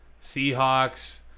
Seahawks